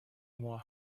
more